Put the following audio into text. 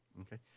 Okay